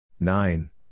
Nine